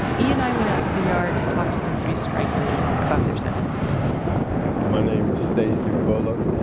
e and i went out to the yard to talk to some three-strikers about their sentences my name is stacy bullock,